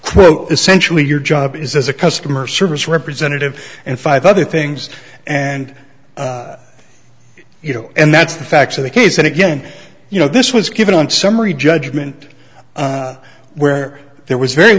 so essentially your job is as a customer service representative and five other things and you know and that's the facts of the case and again you know this was given on summary judgment where there was very